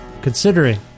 considering